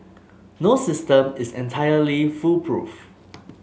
no system is entirely foolproof